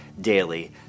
daily